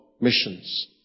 missions